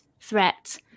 threat